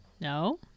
No